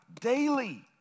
daily